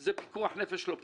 זה פיקוח נפש לא פחות,